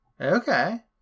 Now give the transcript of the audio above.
Okay